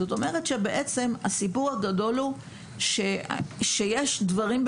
זאת אומרת שבעצם הסיפור הגדול הוא שיש דברים,